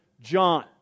John